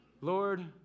Lord